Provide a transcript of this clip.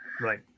Right